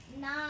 Nine